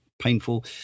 painful